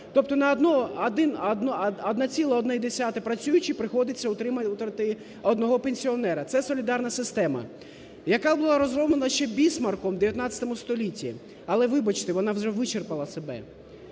тобто 1,1 працюючих приходиться утримувати 1 пенсіонера. Це солідарна система, яка була розроблена ще Бісмарком у ХІХ столітті. Але, вибачте, вона вже вичерпала себе.